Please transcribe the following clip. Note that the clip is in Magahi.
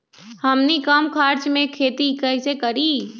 हमनी कम खर्च मे खेती कई से करी?